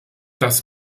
das